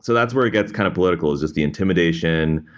so that's where it gets kind of political, is just the intimidation.